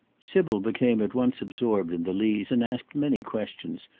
sybil became at once absorbed in the lees and asked many questions,